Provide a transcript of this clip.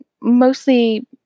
mostly